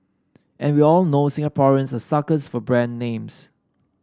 and we all know Singaporeans are suckers for brand names